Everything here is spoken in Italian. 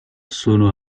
sono